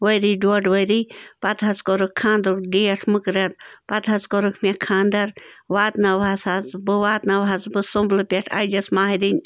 ؤری ڈۄڈ ؤری پَتہٕ حظ کوٚرُکھ خانٛدرُک ڈیٹ مُقرر پَتہٕ حظ کوٚرُکھ مےٚ خانٛدر واتنٲوہَس حظ بہٕ واتنٲوہَس بہٕ سُنٛمبلہٕ پٮ۪ٹھ اَجَس مہریٚنۍ